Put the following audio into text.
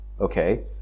okay